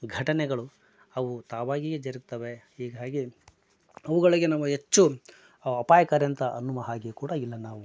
ಘಟನೆಗಳು ಅವು ತಾವಾಗಿಯೇ ಜರಗ್ತವೆ ಹೀಗಾಗಿ ಅವುಗಳಿಗೆ ನಾವು ಹೆಚ್ಚು ಅಪಾಯಕಾರಿಯಾದಂಥ ಅನ್ನುವ ಹಾಗೆಯೂ ಕೂಡ ಇಲ್ಲ ನಾವು